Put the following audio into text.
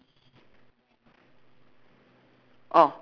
orh